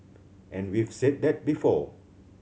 and we've said that before